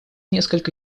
несколько